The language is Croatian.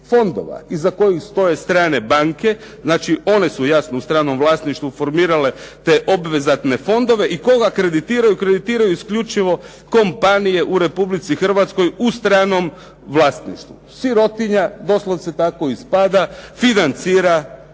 fondova iza kojih stoje strane banke, znači one su jasno u stranom vlasništvu formirale te obvezatne fondove i koga kreditiraju, kreditiraju isključivo kompanije u Republici Hrvatskoj u stranom vlasništvu. Sirotinja, doslovce tako ispada financira